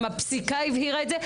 גם הפסיקה הבהירה את זה,